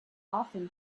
often